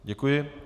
Děkuji.